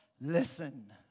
listen